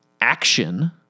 Action